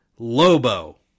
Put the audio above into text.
Lobo